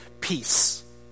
peace